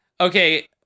Okay